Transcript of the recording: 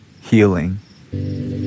Healing